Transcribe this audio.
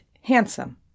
handsome